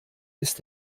ist